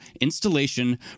installation